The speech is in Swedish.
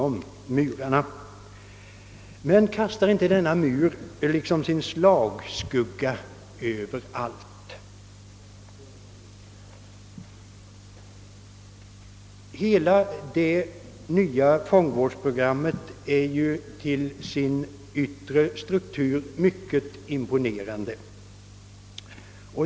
Men kastar inte denna mur sin slagskugga över allt? Hela det nya fångvårdsprogrammet är ju till sin yttre struktur mycket imponerande.